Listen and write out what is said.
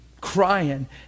crying